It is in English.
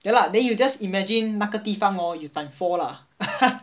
ya lah then you just imagine 那个地方 hor you time four lah